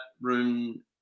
room